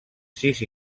sis